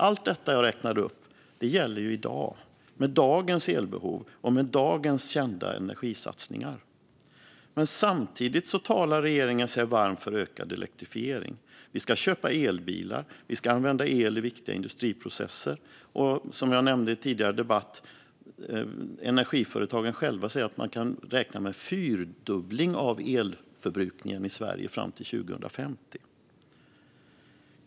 Allt detta som jag räknade upp gäller i dag, med dagens elbehov och med dagens kända energisatsningar. Samtidigt talar sig regeringen varm för ökad elektrifiering. Vi ska köpa elbilar och vi ska använda el i viktiga industriprocesser. Som jag nämnde i en tidigare debatt säger energiföretagen själva att man räknar med en fyrdubbling av elförbrukningen i Sverige fram till 2050.